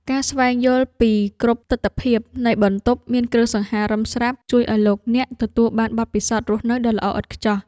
ការស្វែងយល់ពីគ្រប់ទិដ្ឋភាពនៃបន្ទប់មានគ្រឿងសង្ហារិមស្រាប់ជួយឱ្យលោកអ្នកទទួលបានបទពិសោធន៍រស់នៅដ៏ល្អឥតខ្ចោះ។